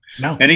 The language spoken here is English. No